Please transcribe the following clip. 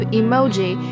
emoji